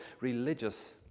religious